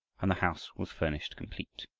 and the house was furnished complete.